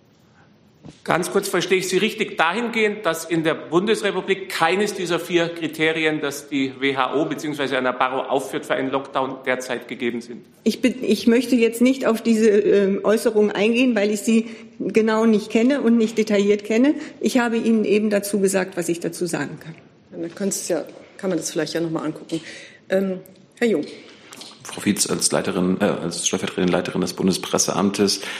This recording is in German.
Ganz kurz, verstehe ich Sie richtig dahingehend, dass in der Bundesrepublik keines dieser vier Kriterien, das die WHO bzw. Anna Barrow aufführt für einen Lockdown, derzeit gegeben sind? Ich bin- ich möchte jetzt nicht auf diese, ähm, Äußerungen eingehen, weil ich sie genau nicht kenne und nicht detailliert kenne. Ich habe Ihnen eben dazu gesagt, was ich dazu sagen kann. Dann kannst du's ja- kann man das vielleicht ja noch mal angucken. Ähm, Herr Jung. Frau Fietz, als Leiterin- äh, als stellvertretende Leiterin des Bundespresseamtes.